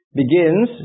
begins